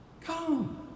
Come